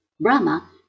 Brahma